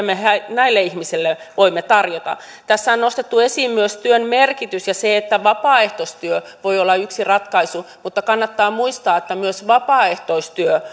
me näille ihmisille voimme tarjota tässä on nostettu esiin myös työn merkitys ja se että vapaaehtoistyö voi olla yksi ratkaisu mutta kannattaa muistaa että myös vapaaehtoistyö